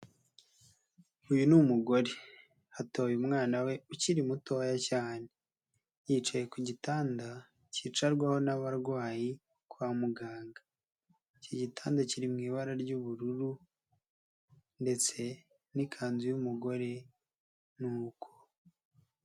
Uyu ni umugore atoye umwana we ukiri mutoya cyane, yicaye ku gitanda cyicarwaho n'abarwayi kwa muganga. Iki gitanda kiri mu ibara ry'ubururu ndetse n'ikanzu y'umugore nuko.